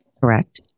Correct